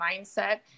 mindset